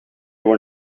were